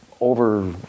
over